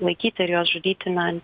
laikyti ir juos žudyti na